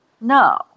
No